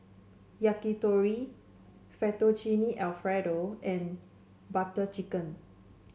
Yakitori Fettuccine Alfredo and Butter Chicken